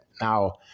Now